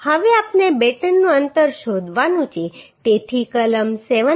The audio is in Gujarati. હવે આપણે બેટનનું અંતર શોધવાનું છે તેથી કલમ 7